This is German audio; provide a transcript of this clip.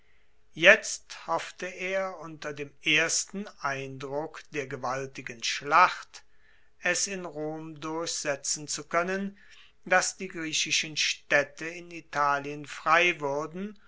jetzt hoffte er unter dem ersten eindruck der gewaltigen schlacht es in rom durchsetzen zu koennen dass die griechischen staedte in italien frei wuerden